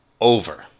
over